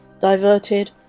diverted